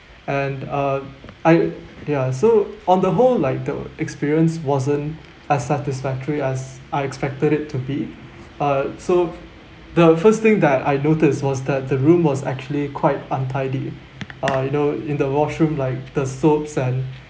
and uh I ya so on the whole like the experience wasn't as satisfactory as I expected it to be uh so the first thing that I noticed was that the room was actually quite untidy uh you know in the washroom like the soaps and